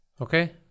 okay